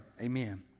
Amen